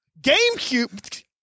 GameCube